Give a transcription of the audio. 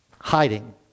hiding